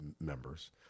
members